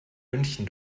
münchen